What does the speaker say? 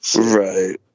Right